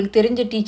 okay